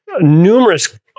numerous